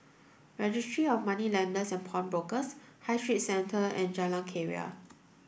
Registry of Moneylenders and Pawnbrokers High Street Centre and Jalan Keria